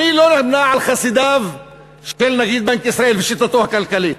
אני לא נמנה עם חסידי נגיד בנק ישראל ושיטתו הכלכלית,